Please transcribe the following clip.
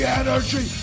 energy